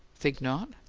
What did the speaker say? think not?